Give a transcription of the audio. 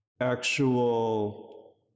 actual